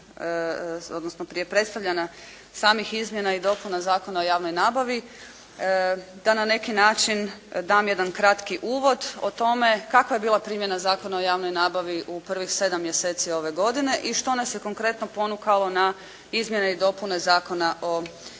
odnosno prije predstavljanja samih Izmjena i dopuna Zakona o javnoj nabavi, da na neki način dam jedan kratki uvod o tome kakva je bila primjena Zakona o javnoj nabavi u prvih sedam mjeseci ove godine i što nas je konkretno ponukalo na Izmjene i dopune Zakona o javnoj nabavi.